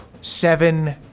seven